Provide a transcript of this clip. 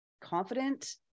confident